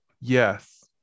Yes